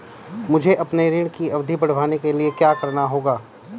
मुझे अपने ऋण की अवधि बढ़वाने के लिए क्या करना होगा?